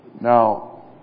Now